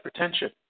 hypertension